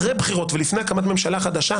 אחרי בחירות ולפני הקמת ממשלה חדשה,